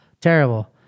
Terrible